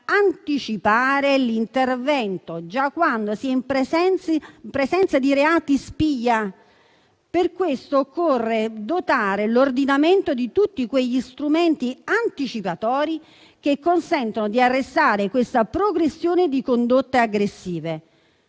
anticipare l'intervento già quando si è in presenza di reati spia. Per questo occorre dotare l'ordinamento di tutti quegli strumenti anticipatori che consentono di arrestare questa progressione di condotte aggressive.